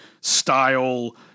style